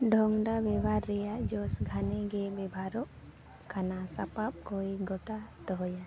ᱰᱷᱚᱝᱜᱟ ᱵᱮᱵᱷᱟᱨ ᱨᱮᱱᱟᱜ ᱡᱚᱥ ᱜᱷᱟᱱᱮᱜᱮ ᱵᱮᱵᱷᱟᱨᱚᱜ ᱠᱟᱱᱟ ᱥᱟᱯᱟᱵᱽᱠᱚᱭ ᱜᱚᱴᱟ ᱫᱚᱦᱚᱭᱟᱭ